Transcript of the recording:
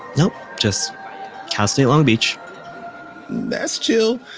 nope. just cal state long beach that's chill.